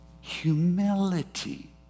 Humility